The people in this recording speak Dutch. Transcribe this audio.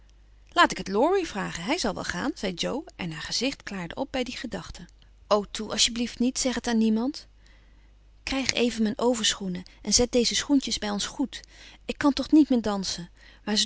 laat ik het laurie vragen hij zal wel gaan zei jo en haar gezicht klaarde op bij die gedachte o toe alsjeblieft niet zeg het aan niemand krijg even mijn overschoenen en zet deze schoentjes bij ons goed ik kan toch niet meer dansen maar